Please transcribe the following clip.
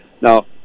Now